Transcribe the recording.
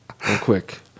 Quick